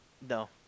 No